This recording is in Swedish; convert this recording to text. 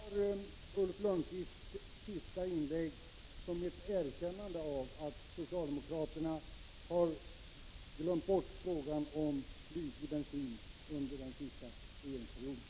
Fru talman! Jag uppfattar Ulf Lönnqvists senaste inlägg som ett erkännande av att socialdemokraterna glömt bort frågan om blyfri bensin under den senaste regeringsperioden.